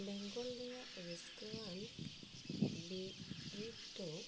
ᱵᱮᱝᱜᱚᱞ ᱨᱮᱱᱟᱜ ᱨᱟᱹᱥᱠᱟᱹ ᱟᱱ ᱵᱤᱨᱤᱫ ᱫᱚ